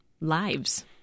lives